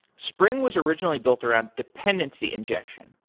spring was originally built around dependency injection,